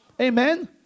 Amen